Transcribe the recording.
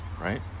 right